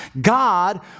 God